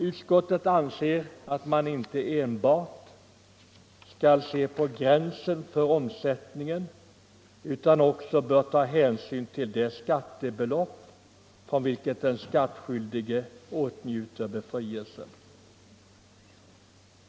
Utskottet anser att man inte enbart skall se på gränsen för omsättningen utan också bör ta hänsyn till det skattebelopp, från vilket den skattskyldige åtnjuter befrielse.